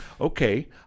Okay